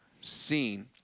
seen